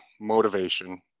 motivation